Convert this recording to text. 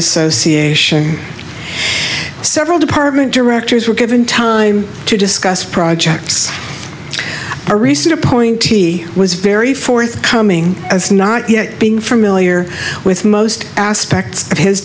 association several department directors were given time to discuss projects a recent appointee was very forthcoming as not yet being familiar with most aspects